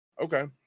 Okay